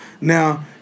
Now